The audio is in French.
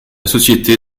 société